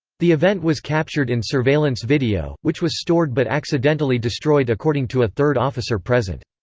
the event was captured in surveillance video, which was stored but accidentally destroyed according to a third officer present.